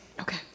Okay